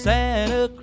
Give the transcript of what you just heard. Santa